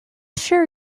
sure